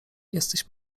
jesteś